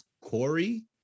Corey